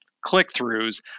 click-throughs